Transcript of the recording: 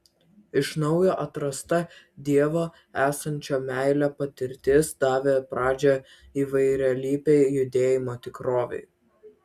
iš naujo atrasta dievo esančio meile patirtis davė pradžią įvairialypei judėjimo tikrovei